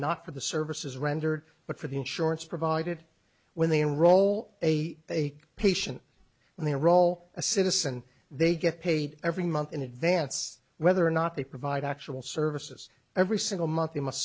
not for the services rendered but for the insurance provided when they enroll a patient in their role a citizen they get paid every month in advance whether or not they provide actual services every single month they must